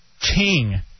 king